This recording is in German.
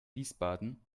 wiesbaden